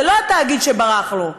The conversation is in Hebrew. זה לא התאגיד שברח לו,